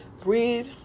breathe